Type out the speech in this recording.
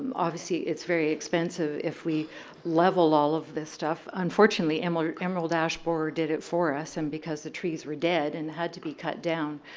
um obviously it's very expensive if we level all of this stuff. unfortunately emerald emerald ash bore did it for us and because the trees were dead and had to be cut down,